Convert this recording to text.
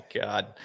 god